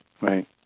Right